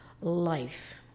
life